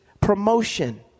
promotion